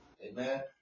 Amen